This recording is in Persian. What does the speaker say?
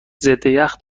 ضدیخ